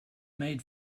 made